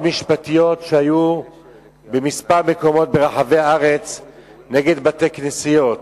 משפטיות שהיו בכמה מקומות ברחבי הארץ נגד בתי-כנסיות.